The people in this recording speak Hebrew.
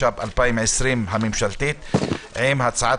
התש"ף-2020 ואנחנו גם מתייחסים להצעת חוק דומה - הצעת